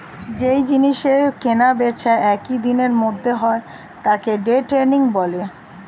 যেই জিনিসের কেনা বেচা একই দিনের মধ্যে হয় তাকে ডে ট্রেডিং বলে